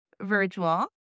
virtual